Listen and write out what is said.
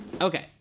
Okay